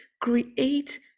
create